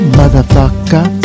motherfucker